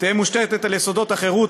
תהא מושתתת על יסודות החירות,